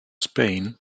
spain